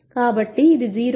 కాబట్టి ఇది 0 కాదు